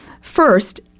First